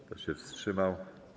Kto się wstrzymał?